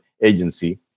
agency